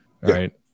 right